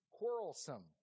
quarrelsome